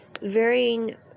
varying